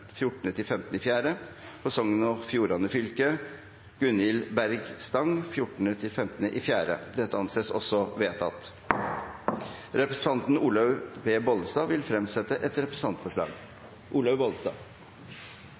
For Sogn og Fjordane fylke: Gunhild Berge Stang 14.–15. april Representanten Olaug V. Bollestad vil fremsette et representantforslag.